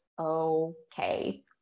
okay